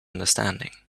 understanding